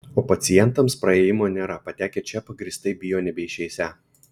o pacientams praėjimo nėra patekę čia pagrįstai bijo nebeišeisią